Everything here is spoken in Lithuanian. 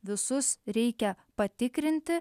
visus reikia patikrinti